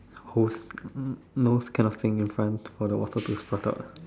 who's nose cannot fling in front for the water to spurt out